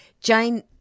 Jane